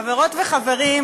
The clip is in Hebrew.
חברות וחברים,